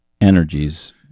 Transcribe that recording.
energies